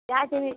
ଇହା ତିନି